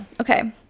okay